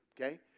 okay